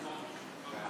סליחה.